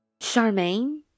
Charmaine